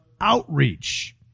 outreach